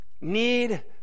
need